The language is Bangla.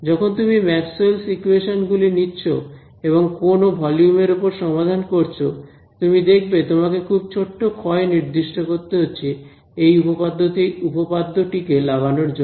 যখন তুমি Maxwell's equations Maxwell's equations গুলি নিচ্ছ এবং কোন ভলিউম এর ওপর সমাধান করছো তুমি দেখবে তোমাকে খুব ছোট্ট ক্ষয় নির্দিষ্ট করতে হচ্ছে এই উপপাদ্যটি কে লাগানোর জন্য